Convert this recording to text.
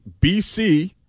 BC